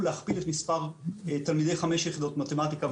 להכפיל את מספר תלמידי חמש יחידות מתמטיקה,